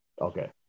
Okay